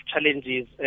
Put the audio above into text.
challenges